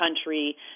country